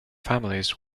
families